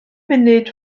munud